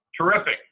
Terrific